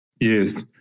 Yes